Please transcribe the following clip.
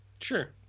Sure